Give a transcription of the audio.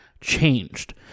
changed